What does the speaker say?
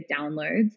downloads